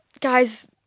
guys